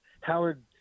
Howard